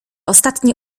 ostatnie